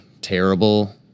terrible